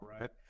right